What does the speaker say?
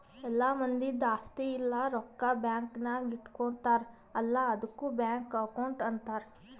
ಎಲ್ಲಾ ಮಂದಿದ್ ಆಸ್ತಿ ಇಲ್ಲ ರೊಕ್ಕಾ ಬ್ಯಾಂಕ್ ನಾಗ್ ಇಟ್ಗೋತಾರ್ ಅಲ್ಲಾ ಆದುಕ್ ಬ್ಯಾಂಕ್ ಅಕೌಂಟ್ ಅಂತಾರ್